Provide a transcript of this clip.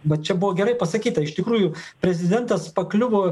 va čia buvo gerai pasakyta iš tikrųjų prezidentas pakliuvo